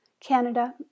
Canada